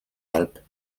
alpes